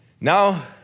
Now